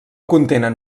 contenen